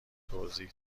توضیح